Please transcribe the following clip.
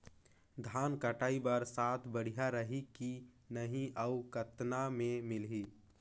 धान कटाई बर साथ बढ़िया रही की नहीं अउ कतना मे मिलही?